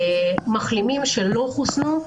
מחלימים שלא חוסנו,